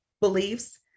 beliefs